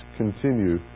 continue